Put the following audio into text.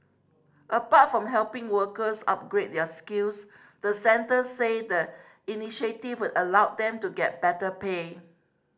apart from helping workers upgrade their skills the centre said the initiative would allow them to get better pay